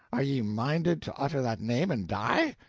are ye minded to utter that name and die?